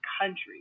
country